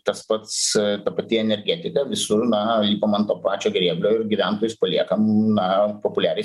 tas pats ta pati energetika visur na lipam ant to pačio grėblio ir gyventojus paliekam na populiariai